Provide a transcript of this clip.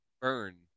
burn